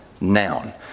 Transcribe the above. noun